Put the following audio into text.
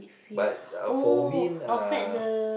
but uh for wind uh